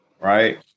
Right